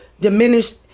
diminished